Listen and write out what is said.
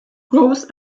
grover